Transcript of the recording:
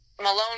Malone